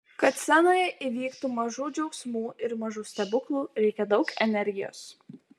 kad scenoje įvyktų mažų džiaugsmų ir mažų stebuklų reikia daug energijos